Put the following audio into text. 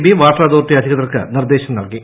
B water authority അധികൃതർക്ക് നിർദ്ദേശം നൽകി